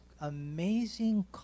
amazing